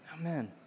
Amen